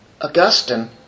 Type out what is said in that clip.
Augustine